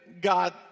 God